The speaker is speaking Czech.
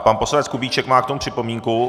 Pan poslanec Kubíček má k tomu připomínku?